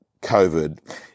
COVID